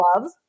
love